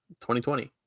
2020